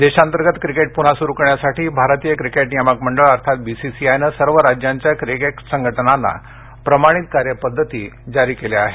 cricket देशांतर्गत cricket पुन्हा सुरु करण्यासाठी भारतीय क्रिकेट नियामक मंडळअर्थात बी सी सी आय नं सर्व राज्यांच्या क्रिकेट संघटनांना प्रमाणित कार्य पद्धती जारी केल्या आहेत